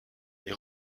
les